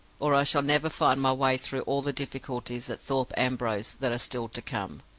or i shall never find my way through all the difficulties at thorpe ambrose that are still to come.